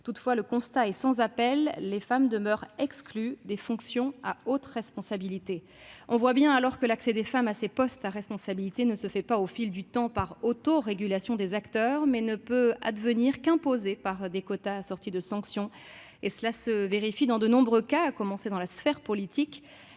Toutefois, le constat est sans appel : les femmes demeurent exclues des fonctions à hautes responsabilités. On le voit clairement : l'accès des femmes à ces postes ne se fait pas au fil du temps par autorégulation des acteurs. Elle ne peut advenir qu'en étant imposée par des quotas assortis de sanctions. On le vérifie dans de nombreux cas, en particulier dans la sphère politique